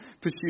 pursue